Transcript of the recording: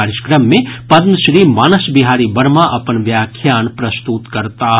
कार्यक्रम मे पद्म श्री मानस विहारी वर्मा अपन व्याख्यान प्रस्तुत करताह